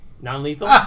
Non-lethal